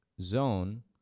zone